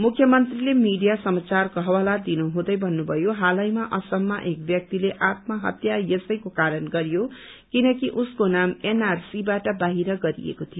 मुख्यमन्त्रीले मीडिया समाचारको हवाला दिनुहुँदै भत्रुभयो हालैता असममा एक व्यक्तिले आत्महत्या यसैको कारण गरयो किनकि उसको नाम एनआरसीबाट बाहिर गरिएको थियो